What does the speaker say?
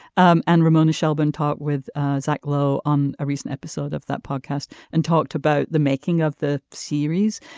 um and ramona shelburne talked with zach lowe on a recent episode of that podcast and talked about the making of the series.